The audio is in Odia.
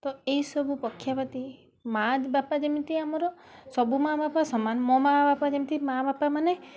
ତ ଏଇସବୁ ପକ୍ଷପାତି ମା' ବାପା ଯେମିତି ଆମର ସବୁ ମା' ବାପା ସମାନ ମୋ ମା' ବାପା ଯେମିତି ମା' ବାପାମାନେ